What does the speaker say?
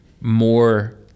more